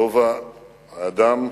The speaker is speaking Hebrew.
לובה האדם,